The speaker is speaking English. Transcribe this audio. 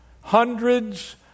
hundreds